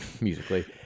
musically